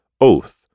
Oath